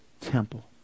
temple